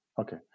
Okay